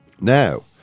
Now